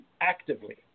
actively